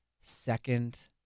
second